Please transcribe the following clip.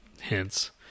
hence